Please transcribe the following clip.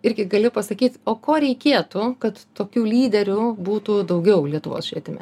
irgi gali pasakyt o ko reikėtų kad tokių lyderių būtų daugiau lietuvos švietime